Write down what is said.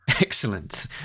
Excellent